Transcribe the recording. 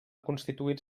constituir